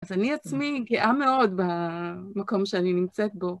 אז אני עצמי גאה מאוד במקום שאני נמצאת בו.